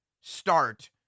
start